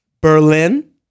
Berlin